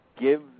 give